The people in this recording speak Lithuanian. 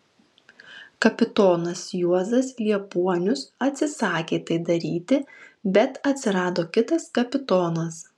kapitonas juozas liepuonius atsisakė tai daryti bet atsirado kitas kapitonas